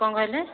କ'ଣ କହିଲେ